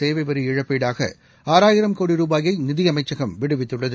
சேவை வரி இழப்பீடாக ஆறாயிரம் கோடி ரூபாயை நிதியமைச்சகம் விடுவித்துள்ளது